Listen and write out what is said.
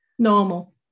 normal